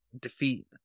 defeat